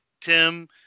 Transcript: Tim